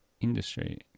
Industry